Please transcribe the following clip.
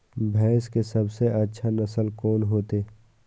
भैंस के सबसे अच्छा नस्ल कोन होते?